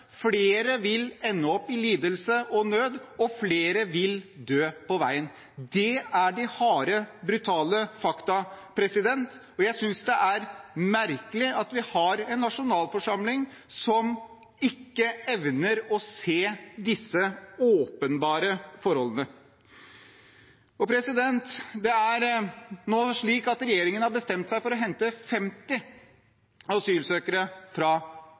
flere vil ende opp i lidelse og nød, og flere vil dø på veien. Det er de harde, brutale fakta, og jeg synes det er merkelig at vi har en nasjonalforsamling som ikke evner å se disse åpenbare forholdene. Det er nå slik at regjeringen har bestemt seg for å hente 50 asylsøkere fra